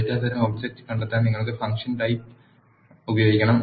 data തരം object കണ്ടെത്താൻ നിങ്ങൾ ഫംഗ്ഷൻ type ഉപയോഗിക്കണം